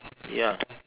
ya